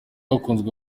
akunzwe